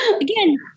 again